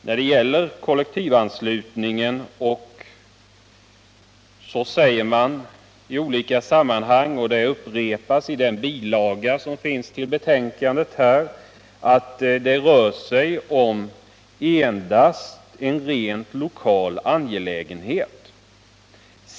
När det gäller kollektivanslutningen säger socialdemokraterna i olika sammanhang, och det upprepas i den bilaga som finns till konstitutionsutskottets betänkande, att det rör sig om endast en rent lokal angelägenhet.